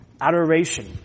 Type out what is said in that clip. Adoration